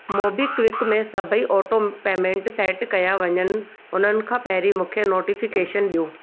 MobiKwik में सभेई auto payment set कया वञनि उन खां पहिरीं मूंखे नोटिफिकेशन ॾियो